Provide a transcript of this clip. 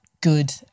good